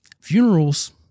funerals